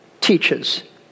teaches